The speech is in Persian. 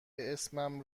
اسمم